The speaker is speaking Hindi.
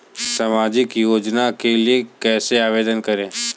सामाजिक योजना के लिए कैसे आवेदन करें?